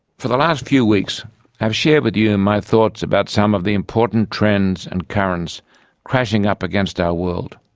for the last few weeks i have shared with you and my thoughts about some of the important trends and currents crashing up against our world.